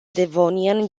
devonian